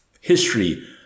history